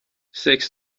سکس